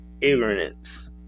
ignorance